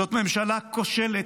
זאת ממשלה כושלת.